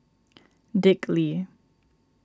Dick Lee